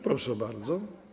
Proszę bardzo.